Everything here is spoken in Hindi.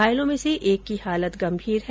घायलों में से एक की हालत गंभीर है